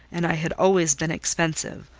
and i had always been expensive,